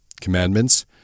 Commandments